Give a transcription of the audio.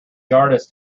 artist